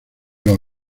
los